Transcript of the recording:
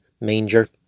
manger